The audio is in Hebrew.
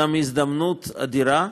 הוא גם הזדמנות אדירה,